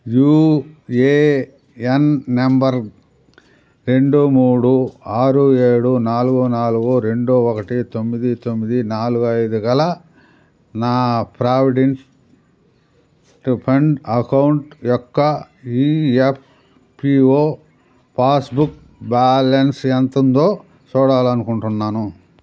UAN number రెండు మూడు ఆరు ఏడు నాలుగు నాలుగు రెండు ఒకటి తొమ్మిది తొమ్మిది నాలుగు ఐదు గల నా ప్రావిడెంట్ రిఫండ్ అకౌంట్ యొక్క ఇఎఫ్పిఓ పాస్బుక్ బ్యాలన్స్ ఎంతుందో చూడాలనుకుంటున్నాను